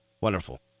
Wonderful